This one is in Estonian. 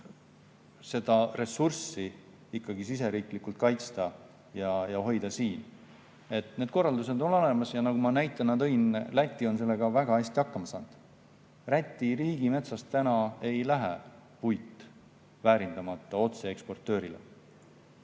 seda ressurssi ikkagi siseriiklikult kaitsta ja siin hoida. Need korraldused on olemas. Nagu ma näitena tõin, Läti on sellega väga hästi hakkama saanud. Läti riigimetsast ei lähe puit väärindamata otse eksportöörile.